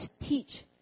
teach